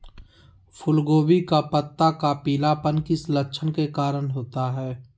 फूलगोभी का पत्ता का पीलापन किस लक्षण के कारण होता है?